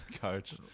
coach